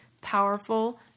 powerful